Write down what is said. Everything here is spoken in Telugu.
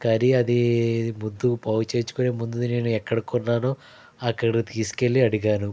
కానీ అది ముందు బాగు చేయించుకునే ముందు ఎక్కడ కొన్నాను అక్కడికి తీసుకు వెళ్ళి అడిగాను